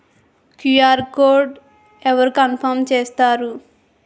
QR code అవరు confirm చేస్తారు?